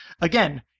again